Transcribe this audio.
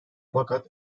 fakat